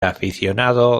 aficionado